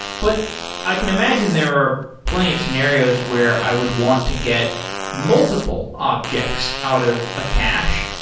but i can imagine there are plenty of scenarios where i would want to get multiple objects out of a cache.